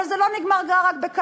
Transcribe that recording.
אבל זה לא נגמר רק בכך.